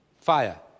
Fire